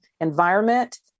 environment